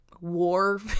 war